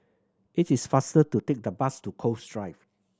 it is faster to take the bus to Cove Drive